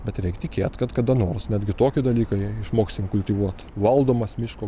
bet reik tikėt kad kada nors netgi tokį dalyką išmoksim kultivuot valdomas miško